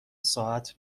ساعت